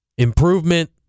improvement